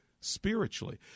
spiritually